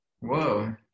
Whoa